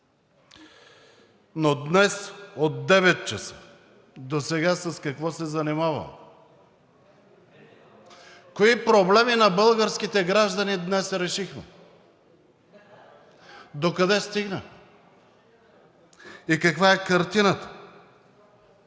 Но днес от 9,00 ч. досега с какво се занимаваме?! Кои проблеми на българските граждани днес решихме? Докъде стигна и каква е картината?